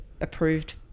approved